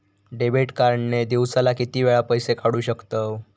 Debit card ने दिवसाला किती वेळा पैसे काढू शकतव?